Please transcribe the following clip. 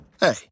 Hey